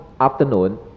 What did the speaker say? afternoon